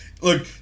look